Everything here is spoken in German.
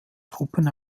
truppen